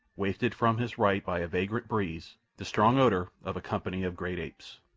wafted from his right by a vagrant breeze, the strong odour of a company of great apes.